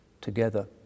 together